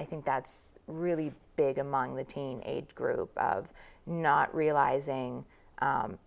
i think that's really big among the teen age group of not realising